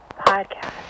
Podcast